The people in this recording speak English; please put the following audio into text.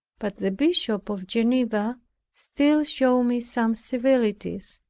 but the bishop of geneva still showed me some civilities,